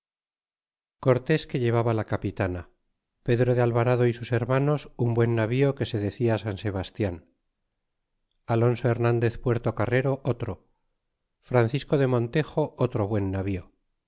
cortés que llevaba la capitana pedro de alvarado y sus hermanos un buen navío que se decia san sebastian alonso hernandez puertocarrero otro francisco de montejo otro buen llavín